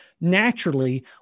Naturally